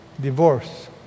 divorce